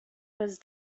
was